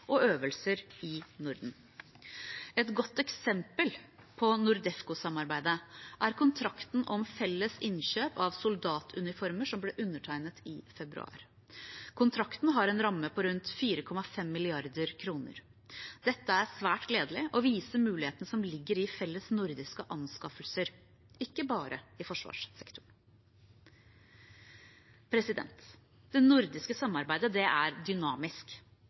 og øvelser i Norden. Et godt eksempel på NORDEFCO-samarbeid er kontrakten om felles innkjøp av soldatuniformer som ble undertegnet i februar. Kontrakten har en ramme på rundt 4,5 mrd. kr. Dette er svært gledelig og viser mulighetene som ligger i felles nordiske anskaffelser, ikke bare i forsvarssektoren. Det nordiske samarbeidet er dynamisk.